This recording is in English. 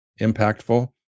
impactful